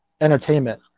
entertainment